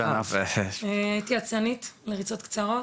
הייתי אצנית לריצות קצרות.